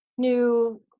new